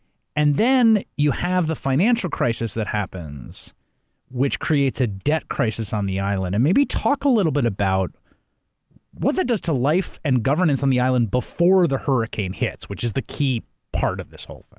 and then you have the financial crisis that happens which creates a debt crisis on the island. and maybe talk a little bit about what that does to life and governance on the island before the hurricane hits which is the key part of this whole thing.